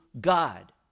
God